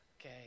okay